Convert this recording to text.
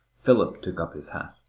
philip took up his hat.